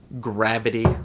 gravity